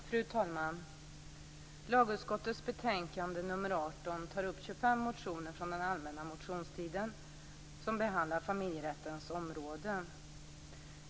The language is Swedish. Fru talman! Lagutskottets betänkande nr 18 tar upp 25 motioner från den allmänna motionstiden som behandlar familjerättens område.